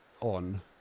on